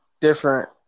different